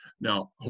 Now